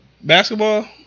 basketball